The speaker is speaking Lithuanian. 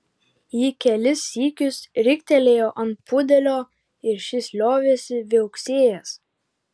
ji kelis sykius riktelėjo ant pudelio ir šis liovėsi viauksėjęs